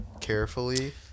carefully